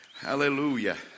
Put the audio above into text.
Hallelujah